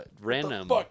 random